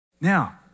Now